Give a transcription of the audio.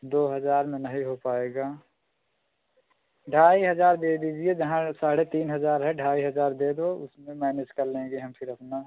दो हज़ार में नहीं हो पाएगा ढाई हज़ार दे दीजिए जहाँ साढ़े तीन हज़ार है ढाई हज़ार दे दो उसमें मैनेज कर लेंगे हम फिर अपना